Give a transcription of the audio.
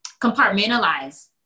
compartmentalize